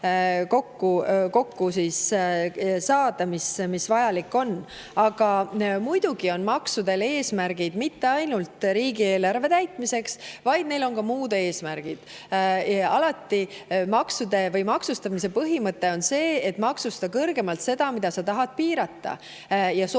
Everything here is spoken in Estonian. kokku saada, mis vajalik on. Aga muidugi on maksudel eesmärgid mitte ainult riigieelarve täitmiseks, vaid neil on ka muud eesmärgid. Alati on maksude või maksustamise põhimõte maksustada kõrgemalt seda, mida sa tahad piirata, ja soodustada